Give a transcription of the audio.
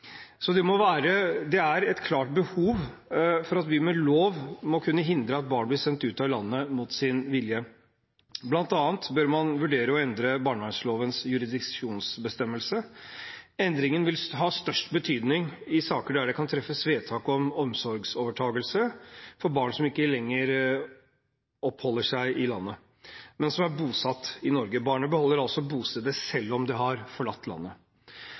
Så det er et klart behov for at vi med lov må kunne hindre at barn blir sendt ut av landet mot sin vilje. Blant annet bør man vurdere å endre barnevernlovens jurisdiksjonsbestemmelse. Endringen vil ha størst betydning i saker der det kan treffes vedtak om omsorgsovertakelse for barn som ikke lenger oppholder seg i landet, men som er bosatt i Norge. Barnet beholder bostedet selv om det har forlatt landet.